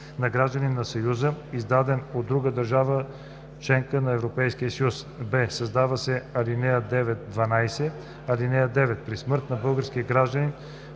на гражданин на Съюза, издаден от друга държава – членка на Европейския съюз;“ б) създава се ал. 9 – 12: „(9) При смърт на български гражданин